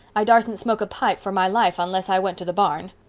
i darsn't smoke a pipe for my life unless i went to the barn.